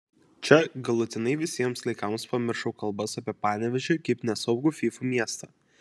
čia galutinai visiems laikams pamiršau kalbas apie panevėžį kaip nesaugų fyfų miestą